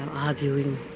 arguing,